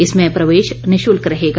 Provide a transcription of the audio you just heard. इसमें प्रवेश निःशुल्क रहेगा